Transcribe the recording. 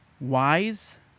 wise